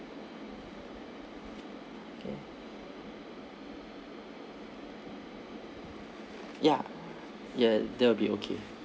K ya yeah that will be okay